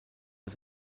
das